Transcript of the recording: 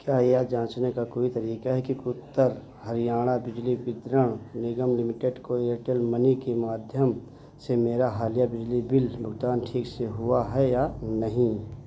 क्या यह जांचने का कोई तरीका है कि उत्तर हरियाणा बिजली वितरण निगम लिमिटेड को एयरटेल मनी के माध्यम से मेरा हालिया बिजली बिल भुगतान ठीक से हुआ है या नहीं